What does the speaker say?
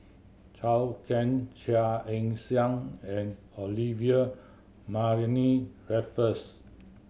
Can Chia Ann Siang and Olivia Mariamne Raffles